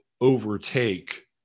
overtake